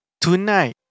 tonight